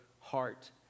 heart